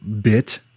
bit